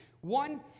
One